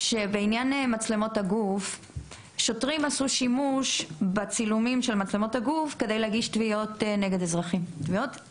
שבעניין מצלמות הגוף שוטרים עשו שימוש כדי להגיש תביעות פרטיות,